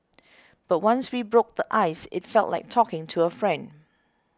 but once we broke the ice it felt like talking to a friend